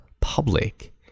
public